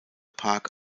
park